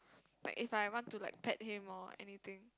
like if I want to like pet him or anything